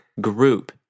group